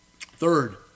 Third